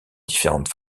différentes